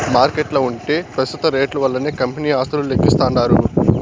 మార్కెట్ల ఉంటే పెస్తుత రేట్లు వల్లనే కంపెనీ ఆస్తులు లెక్కిస్తాండారు